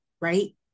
right